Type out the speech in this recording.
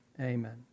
Amen